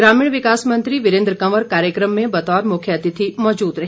ग्रामीण विकास मंत्री वीरेन्द्र कंवर कार्यकम में बतौर मुख्य अतिथि मौजूद रहे